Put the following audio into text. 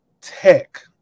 tech